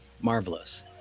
marvelous